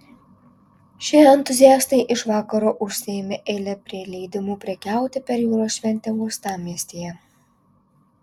šie entuziastai iš vakaro užsiėmė eilę prie leidimų prekiauti per jūros šventę uostamiestyje